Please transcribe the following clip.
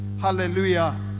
Hallelujah